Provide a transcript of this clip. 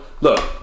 look